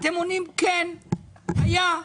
אתם עונים כן, היה.